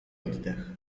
oddech